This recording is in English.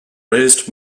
raised